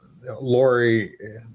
Lori